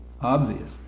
obvious